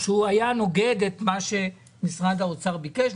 שהוא היה נוגד את מה שמשרד האוצר ביקש.